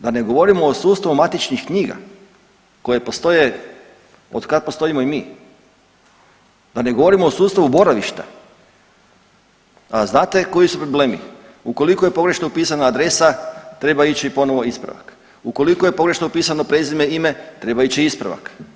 Da ne govorimo o sustavu matičnih knjiga koje postoje od kad postojimo i mi, da ne govorimo o sustavu boravišta, a znate koji su problemi, ukoliko je pogrešno upisana adresa treba ići ponovo ispravak, ukoliko je pogrešno upisano prezime, ime treba ići ispravak.